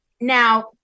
Now